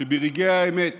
שברגעי האמת